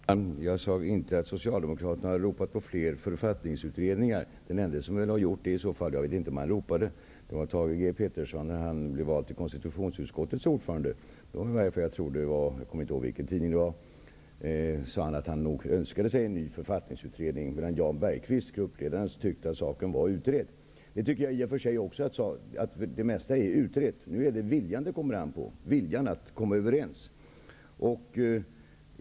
Fru talman! Jag sade inte att Socialdemokraterna hade ropat efter flera författningsutredningar. Den enda som i så fall har gjort det -- jag vet inte om han ropade -- var Thage G Peterson när han valdes till konstitutionsutskottets ordförande. Han uttalade i en tidning att han nog önskade sig en ny författningsutredning. Däremot tyckte gruppledaren Jan Bergqvist att saken var utredd. Jag tycker i och för sig också att det mesta är utrett. Nu är det viljan att komma överens det kommer an på.